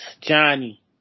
Johnny